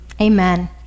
Amen